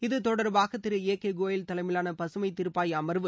இது தொடர்பாக திரு ஏ கே கோயல் தலைமையிலான பகமைத் தீர்ப்பாய அமர்வு